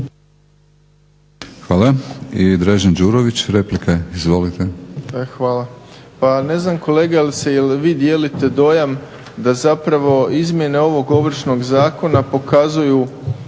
replika. Izvolite. **Đurović, Dražen (HDSSB)** Hvala. Pa ne znam kolega jel i vi dijelite dojam da zapravo izmjene ovog Ovršnog zakona pokazuju